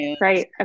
Right